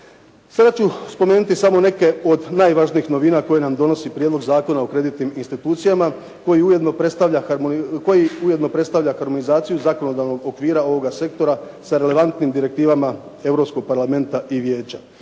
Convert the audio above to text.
Sada ću spomenuti samo neke od najvažnijih novina koje nam donosi Prijedlog zakona o kreditnim institucijama koji ujedno predstavlja, koji ujedno predstavlja harmonizaciju zakonodavnog okvira ovoga sektora sa relevantnim direktivama Europskog parlamenta i Vijeća.